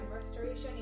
restoration